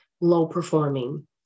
low-performing